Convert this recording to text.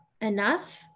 enough